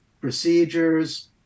procedures